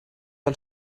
del